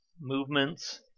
movements